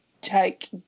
take